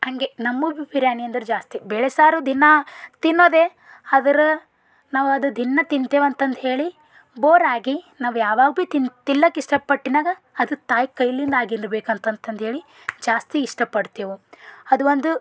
ಹಾಗೆ ನಮ್ಮ ಊರು ಭಿ ಬಿರ್ಯಾನಿ ಅಂದರೆ ಜಾಸ್ತಿ ಬೇಳೆಸಾರು ದಿನಾ ತಿನ್ನೋದೇ ಆದರೆ ನಾವು ಅದು ದಿನಾ ತಿಂತೇವಂತಂದು ಹೇಳಿ ಬೋರಾಗಿ ನಾವು ಯಾವಾಗ ಭಿ ತಿನ್ನು ತಿನ್ಲಕ್ಕ ಇಷ್ಟಪಟ್ಟಿನಾಗ ಅದು ತಾಯಿ ಕೈಲಿಂದ ಆಗಿರ್ಲು ಬೇಕಂತಂತಂದು ಹೇಳಿ ಜಾಸ್ತಿ ಇಷ್ಟಪಡ್ತೇವೆ ಅದು ಒಂದು